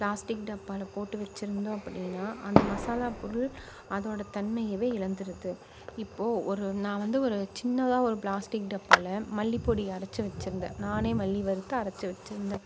plastic டப்பாவில் போட்டு வெச்சுருந்தோம் அப்படின்னா அந்த மசாலா பொருள் அதோட தன்மைய இழந்துடுது இப்போது ஒரு நான் வந்து ஒரு சின்னதாக ஒரு பிளாஸ்டிக் டப்பாவில் மல்லிப்பொடி அரைச்சி வெச்சுருந்தேன் நானே மல்லி வறுத்து அரைச்சி வெச்சுருந்தேன்